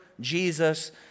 Jesus